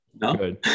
no